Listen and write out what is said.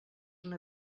una